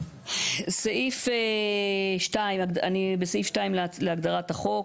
סעיף (2), אני בסעיף (2) להגדרת החוק.